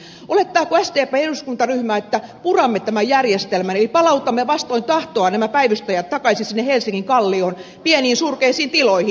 olettaako sdpn eduskuntaryhmä että puramme tämän järjestelmän eli palautamme vastoin tahtoaan nämä päivystäjät takaisin sinne helsingin kallioon pieniin surkeisiin tiloihin